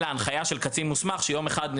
אלא הנחיה של קצין מוסמך שיום אחד,